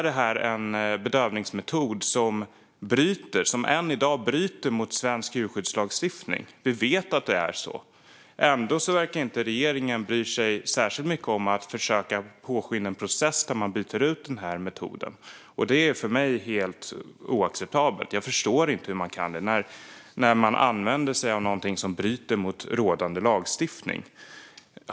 Det är en bedövningsmetod som i dag bryter mot svensk djurskyddslagstiftning. Vi vet att det är så. Ändå verkar regeringen inte bry sig särskilt mycket om att försöka påskynda en process där man byter ut denna metod. Det är för mig helt oacceptabelt. Jag förstår inte hur man kan göra så när det handlar om något som bryter mot rådande lagstiftning.